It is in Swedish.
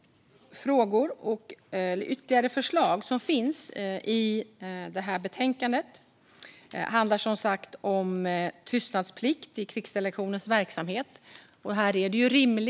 Ytterligare förslag som finns i det här betänkandet handlar som sagt om tystnadsplikt i krigsdelegationens verksamhet.